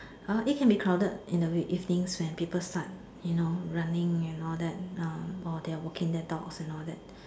uh it can be crowded in the week evenings when people start you know running and all that or while they're walking their dogs and all that